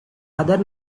other